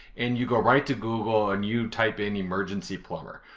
and you go right to google, and you type in emergency plumber,